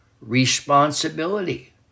Responsibility